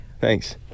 Thanks